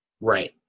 Right